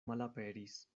malaperis